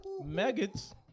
maggots